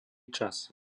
čas